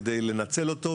כדי לנצל אותו,